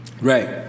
Right